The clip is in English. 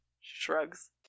shrugs